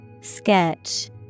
Sketch